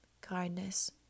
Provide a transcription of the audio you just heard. kindness